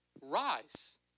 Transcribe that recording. rise